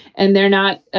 and they're not.